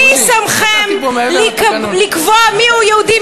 מי שמכם לקבוע מיהו יהודי?